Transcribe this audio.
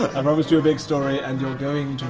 i promised you a big story and you're going